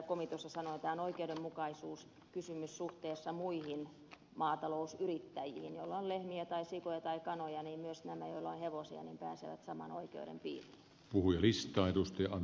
komi tuossa sanoi oikeudenmukaisuuskysymys suhteessa muihin maatalousyrittäjiin joilla on lehmiä tai sikoja tai kanoja että myös nämä joilla on hevosia pääsevät saman oikeuden piiriin